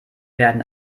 werden